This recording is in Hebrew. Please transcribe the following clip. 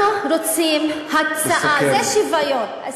אנחנו רוצים הצעה, זה שוויון.